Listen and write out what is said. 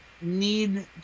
need